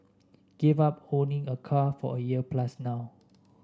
gave up owning a car for a year plus now